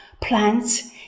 plants